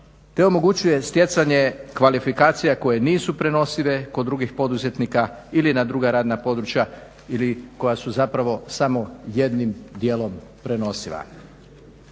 te omogućuje stjecanje kvalifikacije koje nisu prenosive kod drugih poduzetnika ili na druga radna područja ili koja su zapravo samo jedinim dijelom prenosiva.